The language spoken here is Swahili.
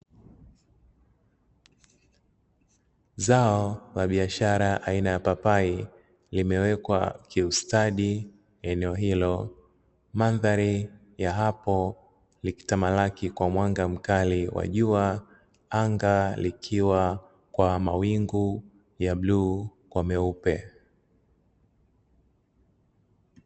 Zao la biashara aina ya papai limewekwa kiustadi eneo hilo. Mandhari ya hapo likitamalaki na mwanga mkali wa jua, anga likiwa kwa mawingu ya bluu kwa meupe.